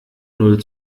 null